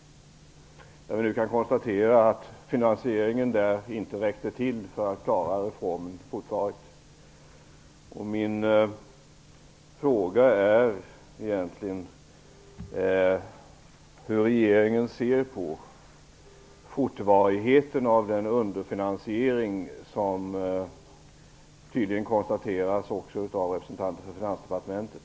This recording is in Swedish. Vi kan nu konstatera att finansieringen inte räckte till för att man skulle klara reformen. Min första fråga är: Hur ser regeringen på varaktigheten av den underfinansiering som tydligen har konstaterats också av representanter för Finansdepartementet?